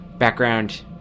background